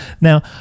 Now